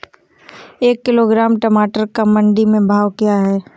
एक किलोग्राम टमाटर का मंडी में भाव क्या है?